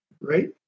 right